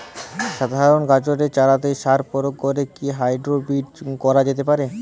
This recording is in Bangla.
সাধারণ গাজরের চারাতে সার প্রয়োগ করে কি হাইব্রীড করা যেতে পারে?